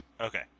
Okay